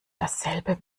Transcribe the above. dasselbe